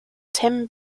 tim